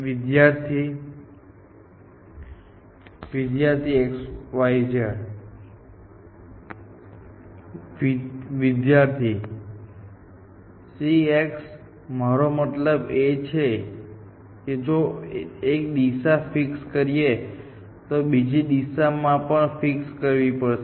વિદ્યાર્થી xycx xy વિદ્યાર્થી c x મારો મતલબ છે કે જો એક દિશા ફિક્સ કરીએ તો બીજી દિશા પણ ફિક્સ કરવી પડશે